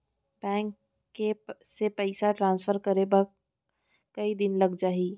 Bank से पइसा transfer करे बर कई दिन लग जाही?